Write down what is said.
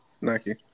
Nike